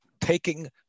taking